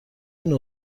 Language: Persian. نوع